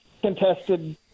contested